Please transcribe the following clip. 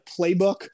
playbook